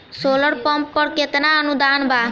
Solar pump पर केतना अनुदान बा?